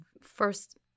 first